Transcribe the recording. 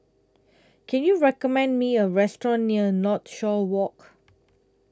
Can YOU recommend Me A Restaurant near Northshore Walk